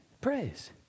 Praise